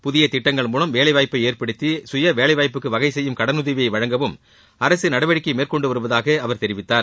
புதிய திட்டங்கள் மூவம் வேலைவாய்ப்பை ஏற்படுத்தி சுயவேலைவாய்ப்புக்கு வகை செய்யும் கடனுதவியை வழங்கவும் அரசு நடவடிக்கை மேற்கொண்டு வருவதாக அவர் தெரிவித்தார்